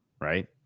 right